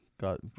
Got